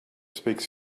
speaks